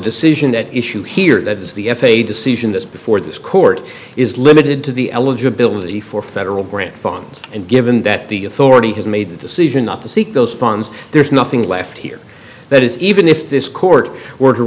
decision at issue here that was the f a a decision this before this court is limited to the eligibility for federal grant fines and given that the authority has made the decision not to seek those funds there's nothing left here that is even if this court